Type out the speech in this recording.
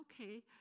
okay